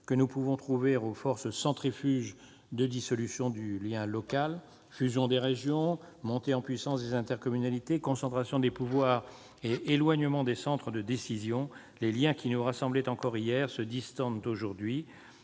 l'expression de forces centrifuges de dissolution du lien local : fusion des régions, montée en puissance des intercommunalités, concentration des pouvoirs et éloignement des centres de décision. Les liens qui hier encore nous rassemblaient se distendent aujourd'hui.